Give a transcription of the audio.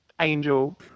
angel